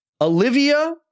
Olivia